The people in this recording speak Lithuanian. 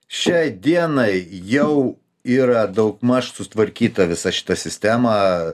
šiai dienai jau yra daugmaž sutvarkyta visa šita sistema